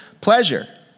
pleasure